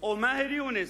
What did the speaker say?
ומאהר יונס,